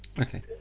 okay